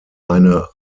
eine